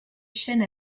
chaînes